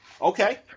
okay